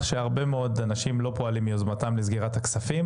שהרבה מאוד אנשים לא פועלים מיוזמתם לסגירת הכספים